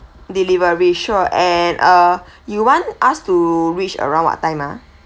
delivery sure and uh you want us to reach around what time ah